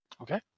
Okay